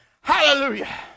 Hallelujah